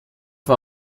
war